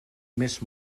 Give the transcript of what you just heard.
més